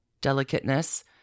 delicateness